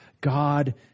God